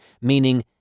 meaning